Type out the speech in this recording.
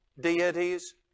deities